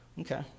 Okay